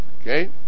Okay